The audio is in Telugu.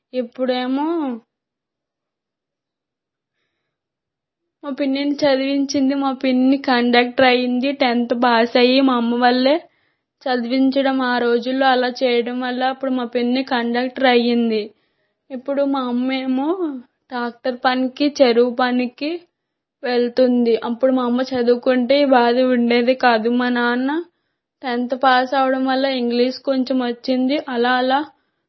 ఇప్పుడు ఏమో మా పిన్నిని చదివించింది మా పిన్ని కండక్టర్ అయింది టెన్త్ పాస్ అయ్యి మా అమ్మ వాళ్ళు చదివించడం ఆ రోజులలో అలా చేయడం వల్ల అప్పుడు మా పిన్ని కండక్టర్ అయింది ఇప్పుడు మా అమ్మ ఏమో టాక్టర్ పనికి చెరువు పనికి వెళ్తుంది అప్పుడు మా అమ్మ చదువుకుంటే ఈ బాధ ఉండేది కాదు మా నాన్న టెన్త్ పాస్ అవ్వడం వల్ల ఇంగ్లీష్ కొంచెం వచ్చింది అలా అలా